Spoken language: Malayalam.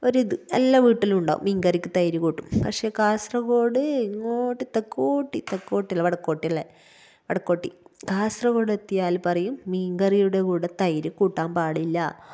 ഒരിത് എല്ലാ വീട്ടിലും ഉണ്ടാകും മീന്കറിക്ക് തൈര് കൂട്ടും പക്ഷെ കാസര്കോഡ് ഇങ്ങോട്ട് തെക്കോട്ട് തെക്കോട്ടില്ല വടക്കൊട്ടല്ലേ വടക്കോട്ട് കാസര്കോടെത്തിയാല് പറയും മീന്കറിയുടെ കൂടെ തൈര് കൂട്ടാന് പാടില്ല